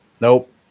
Nope